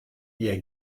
hjir